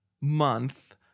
month